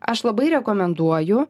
aš labai rekomenduoju